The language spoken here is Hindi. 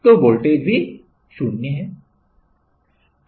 तो वोल्टेज भी 0 है